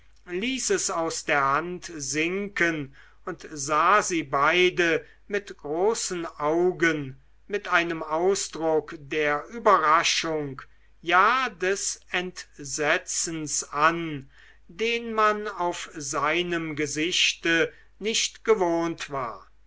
ließ es aus der hand sinken und sah sie beide mit großen augen mit einem ausdruck der überraschung ja des entsetzens an den man auf seinem gesichte nicht gewohnt war